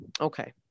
Okay